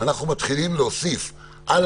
זה שם